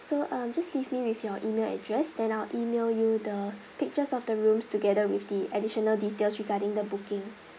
so um just leave me with your email address then I'll email you the pictures of the rooms together with the additional details regarding the booking